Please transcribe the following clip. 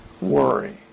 worry